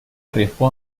arriesgó